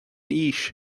fhís